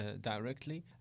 directly